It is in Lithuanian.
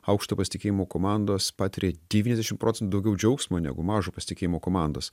aukšto pasitikėjimo komandos patiria devyniasdešimt procentų daugiau džiaugsmo negu mažo pasitikėjimo komandos